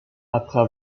après